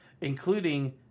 including